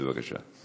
בבקשה.